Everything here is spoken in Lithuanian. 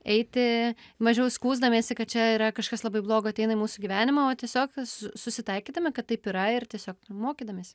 eiti mažiau skųsdamiesi kad čia yra kažkas labai blogo ateina į mūsų gyvenimą o tiesiog su susitaikytume kad taip yra ir tiesiog ir mokydamiesi